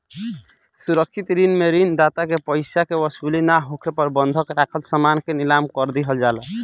सुरक्षित ऋण में ऋण दाता के पइसा के वसूली ना होखे पर बंधक राखल समान के नीलाम कर दिहल जाला